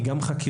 היא גם חקירה,